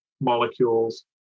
molecules